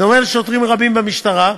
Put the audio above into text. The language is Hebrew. בדומה לשוטרים רבים במשטרה,